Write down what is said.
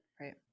right